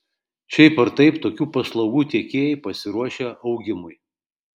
šiaip ar taip tokių paslaugų tiekėjai pasiruošę augimui